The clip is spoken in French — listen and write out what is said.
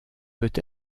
peut